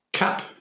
CAP